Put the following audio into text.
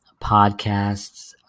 podcasts